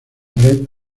red